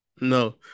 No